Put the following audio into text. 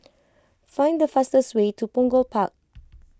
find the fastest way to Punggol Park